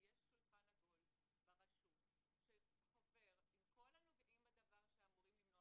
שיש שולחן עגול ברשות שחובר עם כל הנוגעים בדבר שאמורים למנוע